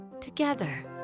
together